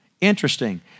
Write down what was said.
interesting